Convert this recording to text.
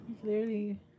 Clearly